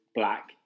black